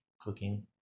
cooking